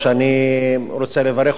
אני רוצה לברך אותך,